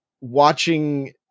watching